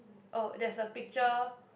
oh there's a picture